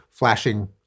flashing